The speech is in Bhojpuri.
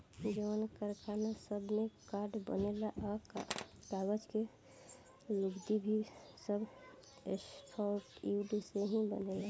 जवन कारखाना सब में कार्ड बनेला आ कागज़ के गुदगी भी सब सॉफ्टवुड से ही बनेला